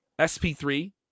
SP3